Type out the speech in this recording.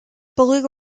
beluga